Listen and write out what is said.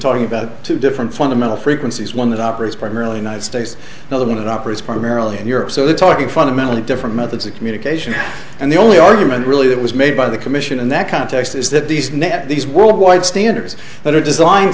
talking about two different fundamental frequencies one that operates primarily united states now that operates primarily in europe so they're talking fundamentally different methods of communication and the only argument really that was made by the commission in that context is that these net these worldwide standards that are designed